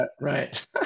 Right